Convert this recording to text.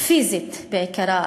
פיזית בעיקרה,